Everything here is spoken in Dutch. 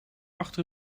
achter